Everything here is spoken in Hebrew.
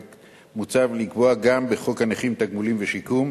של הזכאי לגמלה מוצע לקבוע גם בחוק הנכים (תגמולים ושיקום)